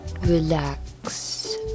relax